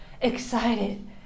excited